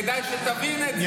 כדאי שתבין את זה.